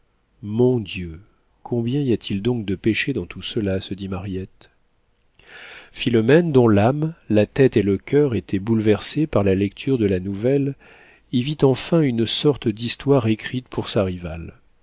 mon dieu combien y a-t-il donc de péchés dans tout cela se dit mariette philomène dont l'âme la tête et le coeur étaient bouleversés par la lecture de la nouvelle y vit enfin une sorte d'histoire écrite pour sa rivale